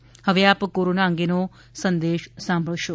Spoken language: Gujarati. કોરોના અપીલ હવે આપ કોરોના અંગેનો સંદેશ સાંભળશો